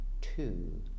two